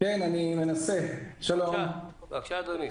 בבקשה אדוני.